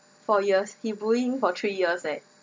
four years he bullying for three years leh